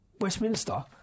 Westminster